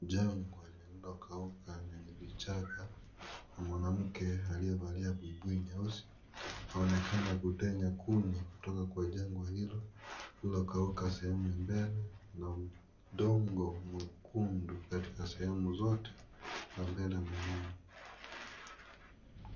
Jangwa lililokauka lenye vichaka. Kuna mwanamke aliyevalia buibui nyeusi anaonekana kutenya kuni kutoka kwa jangwa hilo lililokauka sehemu ya mbele na udongo mwekundu katika sehemu zote za mbele na nyuma.